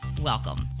welcome